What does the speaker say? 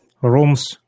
rooms